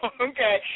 okay